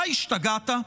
אתה השתגעת?